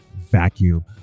vacuum